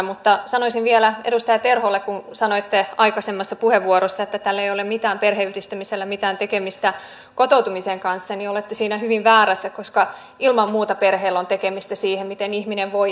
mutta sanoisin vielä edustaja terholle kun sanoitte aikaisemmassa puheenvuorossa että tällä perheenyhdistämisellä ei ole mitään tekemistä kotoutumisen kanssa että olette siinä hyvin väärässä koska ilman muuta perheellä on tekemistä sen kanssa miten ihminen täällä voi